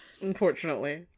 Unfortunately